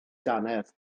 dannedd